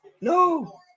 No